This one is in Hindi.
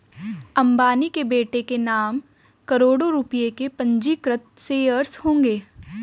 अंबानी के बेटे के नाम करोड़ों रुपए के पंजीकृत शेयर्स होंगे